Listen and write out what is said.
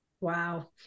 Wow